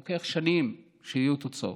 לוקח שנים שיהיו תוצאות.